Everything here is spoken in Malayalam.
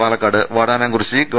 പാലക്കാട് വാടാനാംകുറിശ്ശി ഗവ